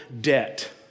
debt